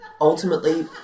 Ultimately